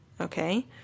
okay